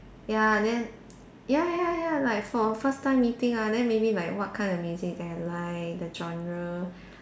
ya then ya ya ya like for a first time meeting ah then maybe like what kind of music that I like the genre